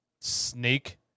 snake